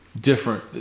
different